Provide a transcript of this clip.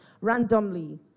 randomly